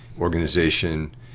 organization